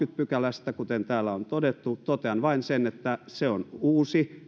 pykälästä ja joka täällä on todettu totean vain sen että se on uusi